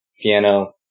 piano